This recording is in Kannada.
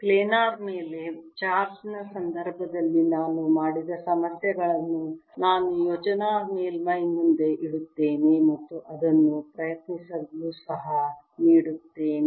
ಪ್ಲ್ಯಾನರ್ ಮೇಲ್ಮೈ ಚಾರ್ಜ್ ನ ಸಂದರ್ಭದಲ್ಲಿ ನಾನು ಮಾಡಿದ ಸಮಸ್ಯೆಗಳನ್ನು ನಾನು ಯೋಜನಾ ಮೇಲ್ಮೈ ಮುಂದೆ ಇಡುತ್ತೇನೆ ಮತ್ತು ಅದನ್ನು ಪ್ರಯತ್ನಿಸಲು ಸಹ ನೀಡುತ್ತೇನೆ